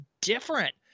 different